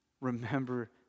remember